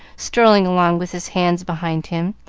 strolling along with his hands behind him,